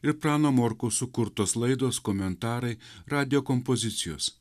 ir prano morkaus sukurtos laidos komentarai radijo kompozicijos